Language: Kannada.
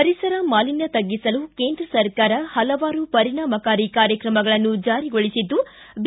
ಪರಿಸರ ಮಾಲಿನ್ಯ ತಗ್ಗಿಸಲು ಕೇಂದ್ರ ಸರ್ಕಾರ ಪಲವಾರು ಪರಿಣಾಮಕಾರಿ ಕಾರ್ಯತ್ರಮಗಳನ್ನು ಜಾರಿಗೊಳಿಸಿದ್ದು ಬಿ